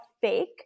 fake